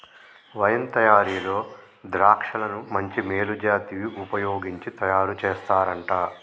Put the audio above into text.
wine తయారీలో ద్రాక్షలను మంచి మేలు జాతివి వుపయోగించి తయారు చేస్తారంట